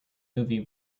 movie